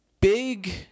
Big